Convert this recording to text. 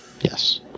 Yes